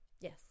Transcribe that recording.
Yes